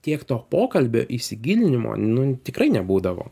tiek to pokalbio įsigilinimo nu tikrai nebūdavo